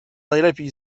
najlepiej